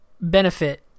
benefit